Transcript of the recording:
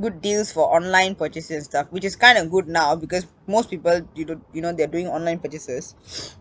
good deals for online purchases stuff which is kind of good now because most people you do~ you know they're doing online purchases